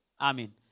Amen